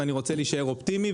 ואני רוצה להישאר אופטימי,